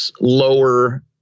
lower